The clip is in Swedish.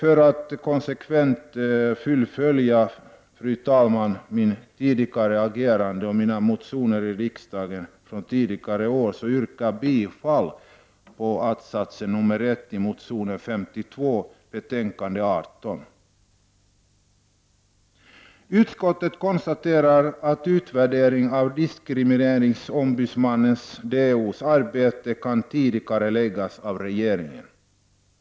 För att konsekvent fullfölja mitt tidigare agerande och mina motioner till riksdagen från tidigare år vill jag nu yrka bifall till att-satsen nr 1i min motion Sf52 som behandlas i betänkandet SfU18. Utskottet konstaterar i det sammanhanget att regeringen kan tidigarelägga utvärderingen av diskrimineringsombudsmannens arbete.